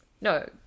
No